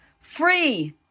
free